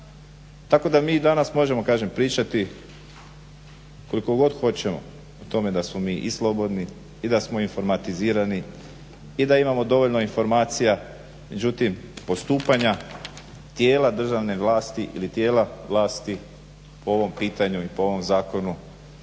Tako da mi danas možemo kažem pričati koliko god hoćemo o tome da smo mi i slobodni i da smo informatizirani i da imamo dovoljno informacija, međutim postupanja tijela državne vlasti ili tijela vlasti po ovom pitanju i po ovom zakonu